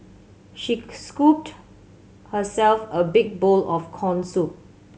she scooped herself a big bowl of corn soup